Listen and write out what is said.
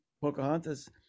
Pocahontas